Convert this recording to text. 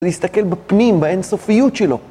להסתכל בפנים, באינסופיות שלו